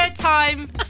time